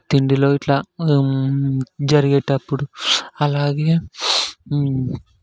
తిండిలో ఇలా జరిగేటప్పుడు అలాగే